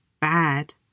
bad